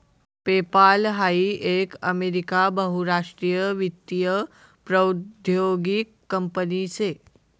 PayPal हाई एक America बहुराष्ट्रीय वित्तीय प्रौद्योगीक कंपनी शे